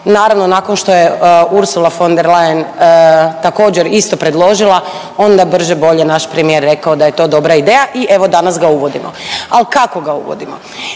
Naravno nakon što je Ursula von der Leyen također isto predložila onda je brže bolje naš premijer rekao da je to dobra ideja i evo danas ga uvodimo. Ali kako ga uvodimo?